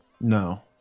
No